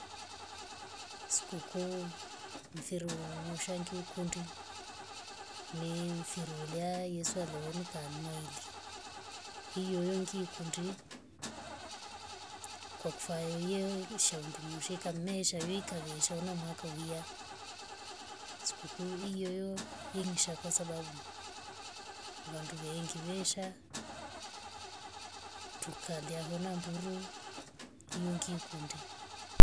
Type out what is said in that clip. Sikuku mfiru ngusha nkiukunde ni mfiru lya yesu alieonika noili. hiyoyo ngikundi kwa kufayo ye shevu ndungumshika me shavikai nshaona mwaka uya. sikuku iyoyo hingisha kwasabu vandu veingusha tukalia hona mburu hio ngi kunde